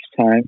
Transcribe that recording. time